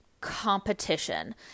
competition